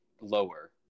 lower